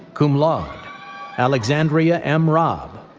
cum laude alexandria m. raab,